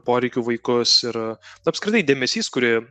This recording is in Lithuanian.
poreikių vaikus ir apskritai dėmesys kurį